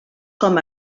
com